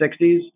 60s